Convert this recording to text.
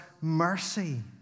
mercy